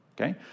okay